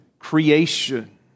Creation